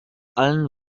allen